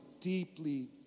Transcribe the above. deeply